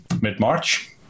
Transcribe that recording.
mid-March